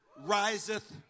riseth